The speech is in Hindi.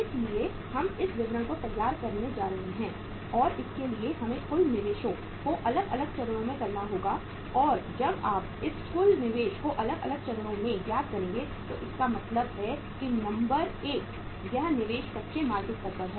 इसलिए हम इस विवरण को तैयार करने जा रहे हैं और इसके लिए हमें कुल निवेशों को अलग अलग चरणों में करना होगा और जब आप इस कुल निवेश को अलग अलग चरणों में ज्ञात करेंगे तो इसका मतलब है कि नंबर एक यह निवेश कच्चे माल के स्तर पर है